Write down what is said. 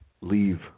leave